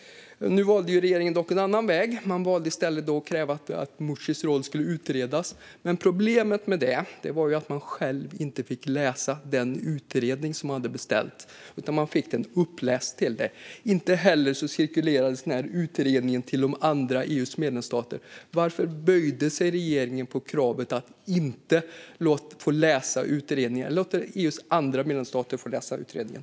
Nu valde regeringen dock en annan väg; man valde att i stället kräva att Meuccis roll skulle utredas. Problemet med det var att man själv inte fick läsa den utredning som man hade beställt. Man fick den i stället uppläst. Inte heller cirkulerades utredningen till de andra medlemsstaterna i EU. Varför böjde sig regeringen för kravet att inte få läsa utredningen och att inte låta EU:s övriga medlemsstater läsa den?